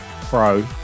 Pro